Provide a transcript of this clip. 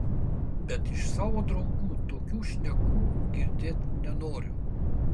bet iš savo draugų tokių šnekų girdėt nenoriu